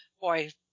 boy